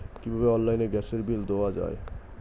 কিভাবে অনলাইনে গ্যাসের বিল দেওয়া যায়?